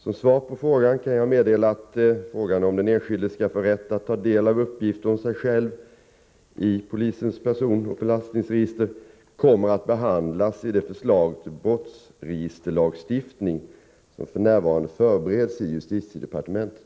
Som svar på Hans Peterssons fråga kan jag meddela att frågan om den enskilde skall få rätt att ta del av uppgifter om sig själv i polisens personoch belastningsregister kommer att behandlas i det förslag till brottsregisterlagstiftning som f.n. förbereds i justitiedepartementet.